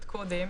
קודם,